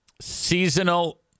Seasonal